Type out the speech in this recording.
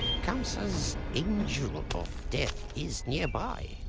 kamsa's angel of death is nearby.